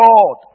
God